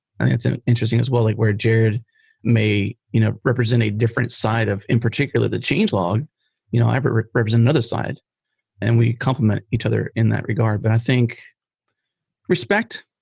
and it's an interesting as well where jerod may you know represent a different side, of in particular, the change log. you know i but represent another side and we complement each other in that regard. but i think respect,